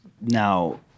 now